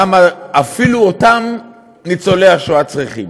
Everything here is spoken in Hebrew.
למה אפילו אותם ניצולי השואה צריכים,